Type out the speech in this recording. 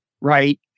right